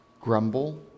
grumble